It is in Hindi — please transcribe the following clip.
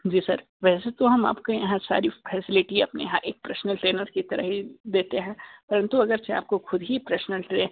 जी सर वैसे तो हम आपको यहाँ सारी फैसिलिटी अपने यहाँ एक पर्सनल ट्रैनर की तरह ही देते हैं परंतु अगर से आपको खुद ही पर्सनल